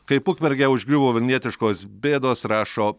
kaip ukmergę užgriuvo vilnietiškos bėdos rašo